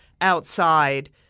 outside